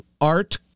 art